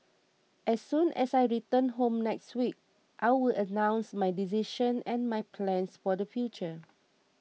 as soon as I return home next week I will announce my decision and my plans for the future